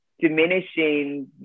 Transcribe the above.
diminishing